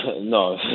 no